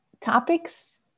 topics